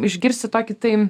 išgirsti tokį tai